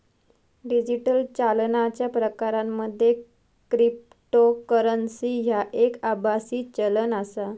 digital चालनाच्या प्रकारांमध्ये cryptocurrency ह्या एक आभासी चलन आसा